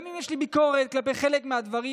גם אם יש לי ביקורת כלפי חלק מהדברים,